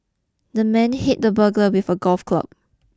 the man hit the burglar with a golf club